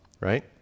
right